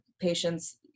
patients